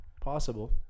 Possible